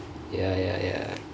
ya ya ya